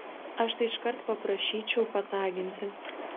aš tai iškart paprašyčiau pataginti